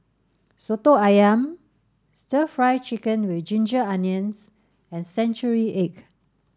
Soto Ayam stir fry chicken with ginger onions and century egg